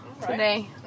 today